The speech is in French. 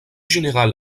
général